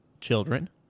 children